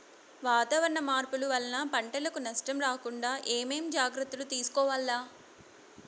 వాతావరణ మార్పులు వలన పంటలకు నష్టం రాకుండా ఏమేం జాగ్రత్తలు తీసుకోవల్ల?